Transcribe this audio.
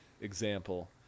example